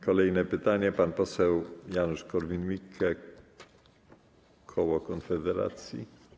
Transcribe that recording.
Kolejne pytanie, pan poseł Janusz Korwin-Mikke, koło Konfederacji.